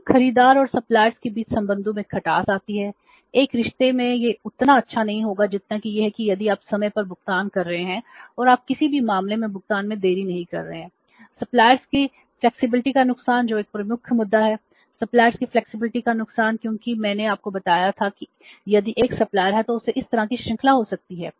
फिर खरीदार और सप्लायर्स है तो उस तरह की श्रृंखला हो सकती है